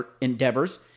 endeavors